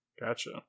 gotcha